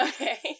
Okay